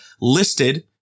listed